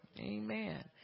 Amen